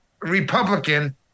Republican